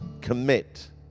commit